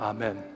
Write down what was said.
Amen